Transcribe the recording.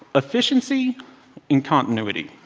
efficiency and continuity.